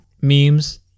memes